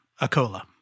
A-Cola